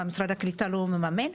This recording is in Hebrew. האם משרד הקליטה לא מממן?